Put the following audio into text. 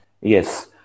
Yes